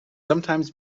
sometimes